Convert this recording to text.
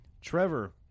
Trevor